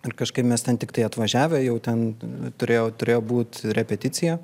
ir kažkaip mes ten tiktai atvažiavę jau ten turėjo turėjo būt repeticija